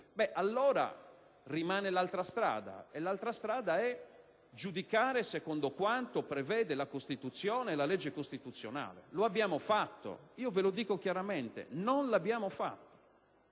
punto rimane l'altra strada, cioè quella di giudicare secondo quanto prevede la Costituzione e la legge costituzionale. L'abbiamo fatto? Lo dico chiaramente: non l'abbiamo fatto.